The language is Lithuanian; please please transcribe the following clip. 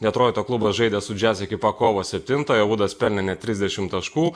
detroito klubas žaidė su jazz ekipa kovo septintąją vudas pelnė net trisdešimt taškų